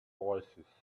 oasis